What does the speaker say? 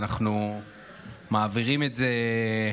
ואנחנו מעבירים את זה.